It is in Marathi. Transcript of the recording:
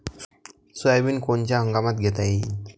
सोयाबिन कोनच्या हंगामात घेता येईन?